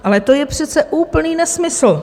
Ale to je přece úplný nesmysl.